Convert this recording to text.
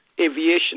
aviation